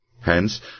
Hence